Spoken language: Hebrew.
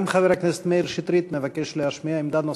גם חבר הכנסת מאיר שטרית מבקש להשמיע עמדה נוספת.